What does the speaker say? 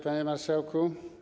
Panie Marszałku!